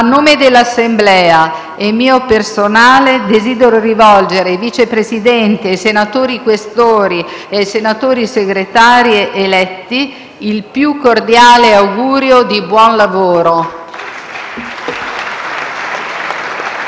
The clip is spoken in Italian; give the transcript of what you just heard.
A nome dell’Assemblea e mio personale, desidero rivolgere ai Vice Presidenti, ai senatori Questori e ai senatori Segretari eletti il più cordiale augurio di buon lavoro.